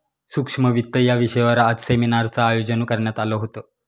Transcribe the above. सूक्ष्म वित्त या विषयावर आज सेमिनारचं आयोजन करण्यात आलं होतं